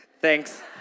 Thanks